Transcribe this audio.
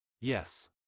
yes